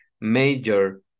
major